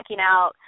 out